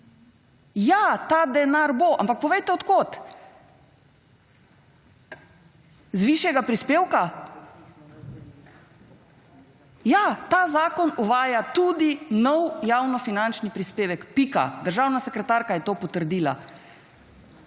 Ja, ta denar bo, ampak povejte od kod. Z višjega prispevka? Ja, ta zakon uvaja tudi nov javnofinančni prispevek. Pika. Državna sekretarka je to potrdila.